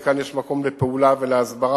ויש כאן מקום לפעולה ולהסברה,